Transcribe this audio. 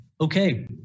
Okay